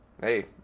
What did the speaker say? Hey